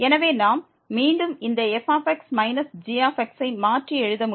எனவே நாம் மீண்டும் இந்த fx gx ஐ மாற்றி எழுத முடியும்